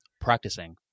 practicing